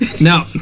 Now